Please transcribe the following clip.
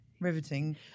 Riveting